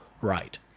right